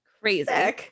Crazy